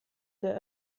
der